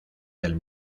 del